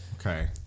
Okay